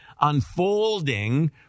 unfolding